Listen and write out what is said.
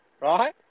right